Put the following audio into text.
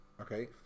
Okay